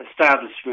establishment